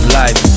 life